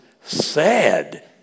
sad